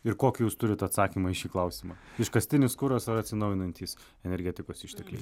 ir kokį jūs turit atsakymą į šį klausimą iškastinis kuras ar atsinaujinantys energetikos ištekliai